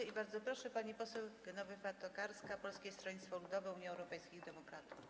I bardzo proszę, pani poseł Genowefa Tokarska, Polskie Stronnictwo Ludowe - Unia Europejskich Demokratów.